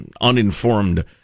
uninformed